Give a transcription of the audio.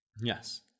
Yes